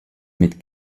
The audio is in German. mit